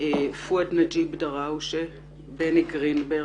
פואד נג'יב דראושה בני גרינברג